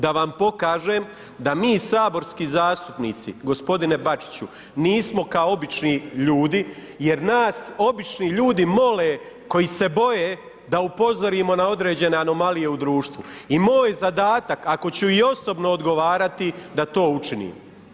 Da vam pokažem da mi saborski zastupnici g. Bačiću nismo kao obični ljudi jer nas obični ljudi mole koji se boje da upozorimo na određene anomalije u društvu i moj zadatak ako ću i osobno odgovarati da to učinim.